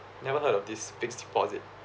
never heard of this fixed deposit